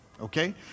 okay